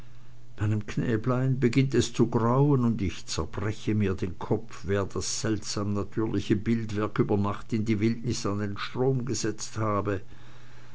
meinem knäblein beginnt es zu grauen und ich zerbreche mir den kopf wer das seltsam natürliche bildwerk über nacht in die wildnis an den strom gesetzt habe